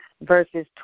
verses